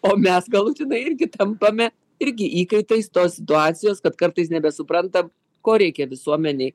o mes galutinai irgi tampame irgi įkaitais tos situacijos kad kartais nebesuprantam ko reikia visuomenei